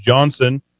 Johnson